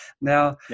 Now